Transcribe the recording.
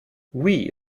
oui